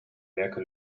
werke